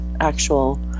actual